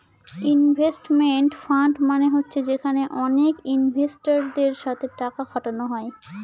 investment fund মানে হচ্ছে যেখানে অনেক ইনভেস্টারদের সাথে টাকা খাটানো হয়